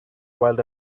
while